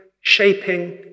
shaping